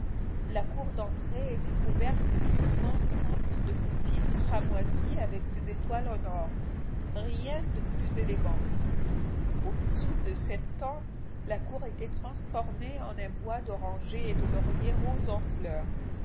la cour d'entrée était couverte d'une immense tente de coutil cramoisi avec des étoiles en or rien de plus élégant au-dessous de cette tente la cour était transformée en un bois d'orangers et de lauriers-roses en fleurs